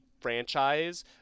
franchise